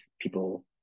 people